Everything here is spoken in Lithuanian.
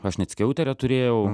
aš net skiauterę turėjau